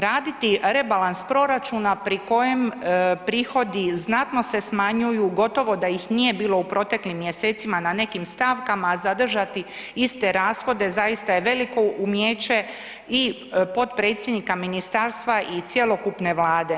Raditi rebalans proračuna pri kojem prihodi znatno se smanjuju, gotovo da ih nije bilo u proteklim mjesecima na nekim stavkama, a zadržati iste rashode, zaista je veliko umijeće i potpredsjednika ministarstva i cjelokupne Vlade.